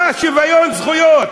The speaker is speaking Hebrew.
מה שוויון זכויות?